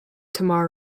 tomorrow